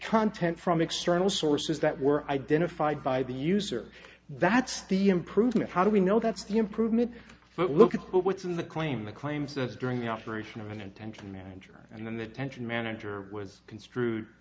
content from external sources that were identified by the user that's the improvement how do we know that's the improvement but look at what's in the claim the claims that during the operation of an intention manager and then the tension manager was construed